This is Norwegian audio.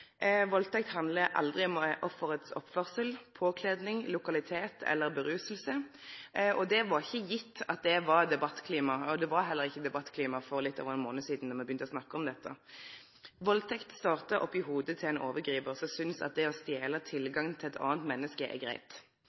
Valdtekt handlar aldri om offerets oppførsel, påkledning, lokalitet eller rus, og det var ikkje gjeve at det var debattklimaet. Det var heller ikkje debattklimaet for litt over ein månad sidan, då me begynte å snakke om dette. Valdtekt startar i hovudet til ein overgripar som synest at det å stele tilgang til eit anna menneske er